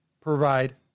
provide